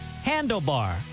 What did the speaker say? handlebar